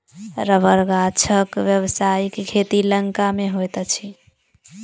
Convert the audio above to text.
रबड़ गाछक व्यवसायिक खेती लंका मे होइत अछि